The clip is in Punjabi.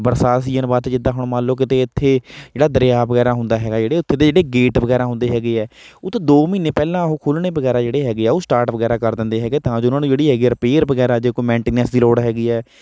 ਬਰਸਾਤ ਸੀਜਨ ਵਾਸਤੇ ਜਿੱਦਾਂ ਹੁਣ ਮੰਨ ਲਉ ਕਿਤੇ ਇੱਥੇ ਜਿਹੜਾ ਦਰਿਆ ਵਗੈਰਾ ਹੁੰਦਾ ਹੈਗਾ ਜਿਹੜੇ ਉੱਥੇ ਦੇ ਜਿਹੜੇ ਗੇਟ ਵਗੈਰਾ ਹੁੰਦੇ ਹੈਗੇ ਹੈ ਉਹ ਤੋਂ ਦੋ ਮਹੀਨੇ ਪਹਿਲਾਂ ਉਹ ਖੋਲ੍ਹਣੇ ਵਗੈਰਾ ਜਿਹੜੇ ਹੈਗੇ ਹੈ ਉਹ ਸਟਾਰਟ ਵਗੈਰਾ ਕਰ ਦਿੰਦੇ ਹੈਗੇ ਤਾਂ ਜੋ ਉਨ੍ਹਾਂ ਨੂੰ ਜਿਹੜੀ ਹੈਗੀ ਹੈ ਰਿਪੇਅਰ ਵਗੈਰਾ ਜੇ ਕੋਈ ਮੈਂਟੀਨੰਸ ਦੀ ਲੋੜ ਹੈਗੀ ਹੈ